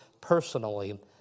personally